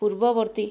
ପୂର୍ବବର୍ତ୍ତୀ